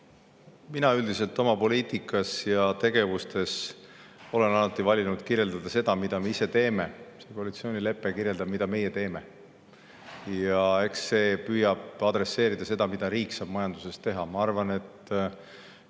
Mina üldiselt poliitikas ja oma tegevuses olen alati [eelistanud] kirjeldada seda, mida me ise teeme. See koalitsioonilepe kirjeldab, mida meie teeme. Eks see püüab adresseerida seda, mida riik saab majanduses teha. Ma arvan, et